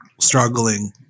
struggling